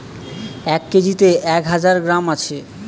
এক কেজিতে এক হাজার গ্রাম আছে